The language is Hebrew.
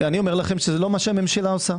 מה שהממשלה עושה.